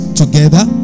together